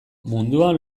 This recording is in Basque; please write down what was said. munduan